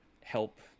help